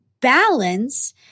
Balance